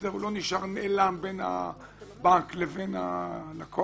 שההסדר לא נשאר נעלם בין הבנק לבין הלקוח.